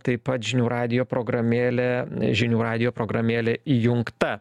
taip pat žinių radijo programėlė žinių radijo programėlė įjungta